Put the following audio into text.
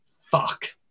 fuck